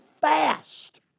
fast